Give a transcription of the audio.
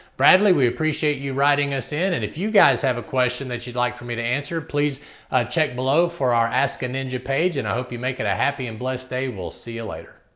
bradley, we appreciate you writing us in and if you guys have a question that you'd like for me to answer, please check below for our ask a ninja page and i hope you make it a happy and blessed day. we'll see you later.